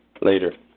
later